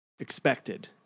expected